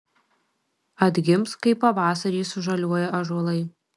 atgims kaip pavasarį sužaliuoja ąžuolai